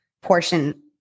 portion